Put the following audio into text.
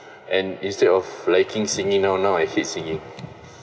and instead of like singing now now I hate singing